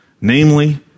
namely